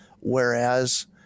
whereas